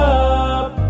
up